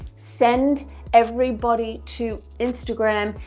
send everybody to instagram,